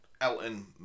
Elton